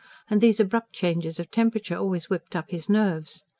and these abrupt changes of temperature always whipped up his nerves.